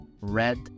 red